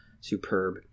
superb